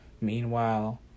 Meanwhile